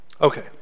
Okay